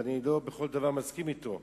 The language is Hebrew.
ואני לא בכל דבר מסכים אתו,